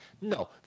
No